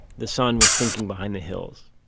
the sun was sinking behind the hills.